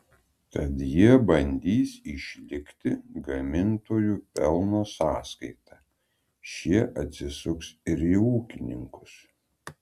tad jie bandys išlikti gamintojų pelno sąskaita šie atsisuks ir į ūkininkus